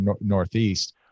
Northeast